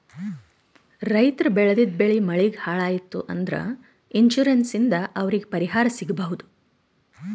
ರೈತರ್ ಬೆಳೆದಿದ್ದ್ ಬೆಳಿ ಮಳಿಗ್ ಹಾಳ್ ಆಯ್ತ್ ಅಂದ್ರ ಇನ್ಶೂರೆನ್ಸ್ ಇಂದ್ ಅವ್ರಿಗ್ ಪರಿಹಾರ್ ಸಿಗ್ಬಹುದ್